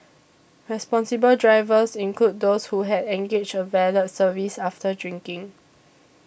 responsible drivers included those who had engaged a valet service after drinking